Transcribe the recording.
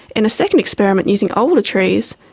in a second experiment using older trees,